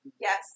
Yes